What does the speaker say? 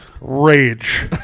Rage